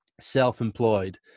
self-employed